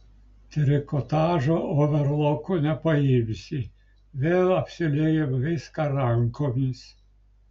trikotažo overloku nepaimsi vėl apsiūlėjome viską rankomis